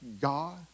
God